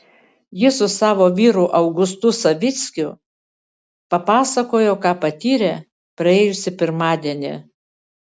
ji su savo vyru augustu savickiu papasakojo ką patyrė praėjusį pirmadienį